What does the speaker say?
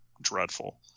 dreadful